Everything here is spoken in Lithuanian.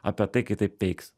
apie tai kai taip veiks